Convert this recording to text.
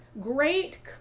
great